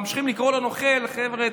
ממשיכים לקרוא לו "נוכל" חבר'ה,